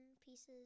pieces